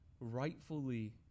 rightfully